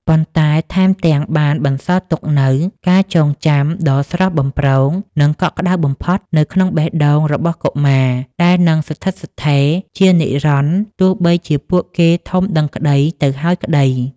ប៉ុន្តែថែមទាំងបានបន្សល់ទុកនូវការចងចាំដ៏ស្រស់បំព្រង និងកក់ក្តៅបំផុតនៅក្នុងបេះដូងរបស់កុមារ ដែលនឹងស្ថិតស្ថេរជានិរន្តរ៍ទោះបីជាពួកគេធំដឹងក្តីទៅហើយក្តី។